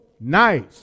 nice